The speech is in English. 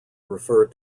refer